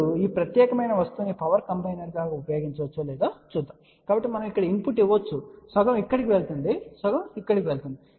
ఇప్పుడు ఈ ప్రత్యేకమైన వస్తువును పవర్ కంబైనర్ గా ఉపయోగించవచ్చో లేదో చూద్దాం కాబట్టి మనం ఇక్కడ ఇన్పుట్ ఇవ్వవచ్చు సగం ఇక్కడకు వెళుతుంది సగం ఇక్కడకు వెళుతుంది